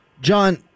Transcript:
John